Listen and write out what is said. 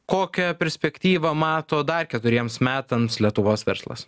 kokią perspektyvą mato dar keturiems metams lietuvos verslas